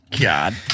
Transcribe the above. God